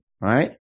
right